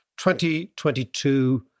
2022